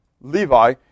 Levi